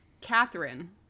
Catherine